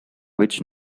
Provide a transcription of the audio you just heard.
which